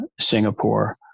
Singapore